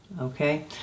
Okay